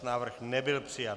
Návrh nebyl přijat.